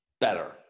better